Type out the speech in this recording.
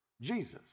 Jesus